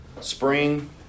Spring